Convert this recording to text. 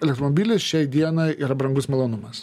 elektromobilis šiai dienai yra brangus malonumas